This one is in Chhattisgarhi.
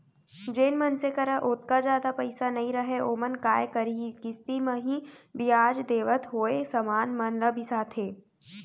जेन मनसे करा ओतका जादा पइसा नइ रहय ओमन काय करहीं किस्ती म ही बियाज देवत होय समान मन ल बिसाथें